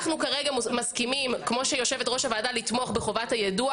אנחנו כרגע מסכימים לתמוך בחובת היידוע